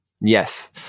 Yes